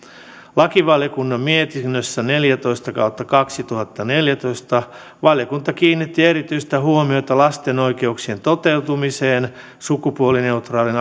lakivaliokunnan mietinnössä neljätoista kautta kaksituhattaneljätoista valiokunta kiinnitti erityistä huomiota lasten oikeuksien toteutumiseen sukupuolineutraalin